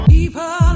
People